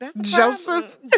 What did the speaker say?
Joseph